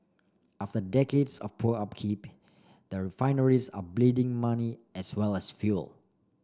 after decades of poor upkeep the refineries are bleeding money as well as fuel